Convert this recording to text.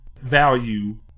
value